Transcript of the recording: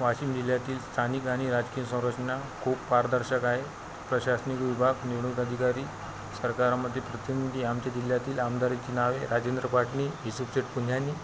वाशीम जिल्ह्यातील स्थानिक आणि राजकीय संररचना खूप पारदर्शक आहे प्रशासनिक विभाग निवडूक अधिकारी सरकारमध्ये प्रतिनिधी आमच्या जिल्ह्यातील आमदाराची नावे राजेंद्र पाटणी युसूफशेठ पुंजानी